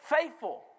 faithful